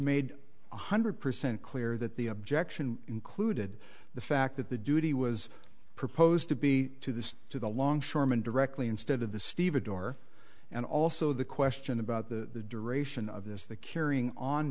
made one hundred percent clear that the objection included the fact that the duty was proposed to be to this to the longshoremen directly instead of the stevedore and also the question about the duration of this the carrying on